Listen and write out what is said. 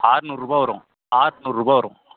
ஆற்நூறுபா வரும் ஆற்நூறுபா வரும்